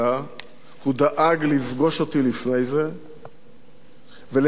הוא דאג לפגוש אותי לפני זה ולתדרך אותי,